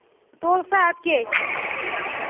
تُل سا اَدٕ کیٛاہ